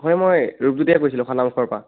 হয় মই ৰূপজ্যোতিয়ে কৈছিলোঁ খনামুখৰ পৰা